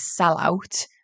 sellout